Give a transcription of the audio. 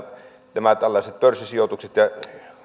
nämä tällaiset pörssisijoitukset ja